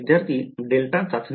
विद्यार्थीः डेल्टा चाचणी